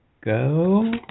go